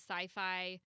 sci-fi